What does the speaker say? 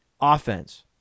offense